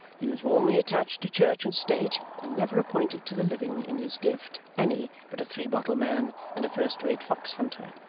he was warmly attached to church and state, and never appointed to the living in his gift any but a three-bottle man and a first-rate fox-hunter.